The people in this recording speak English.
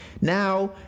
Now